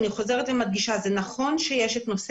אני חוזרת ומדגישה שזה נכון שיש את נושא